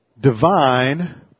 divine